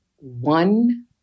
one